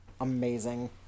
Amazing